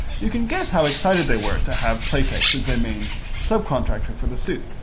you can guess how excited they were to have playtex as their main subcontractor for the suit.